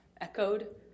echoed